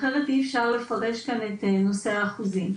אחרת אי אפשר לפרש כאן את נושא האחוזים.